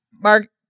Mark